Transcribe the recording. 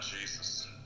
Jesus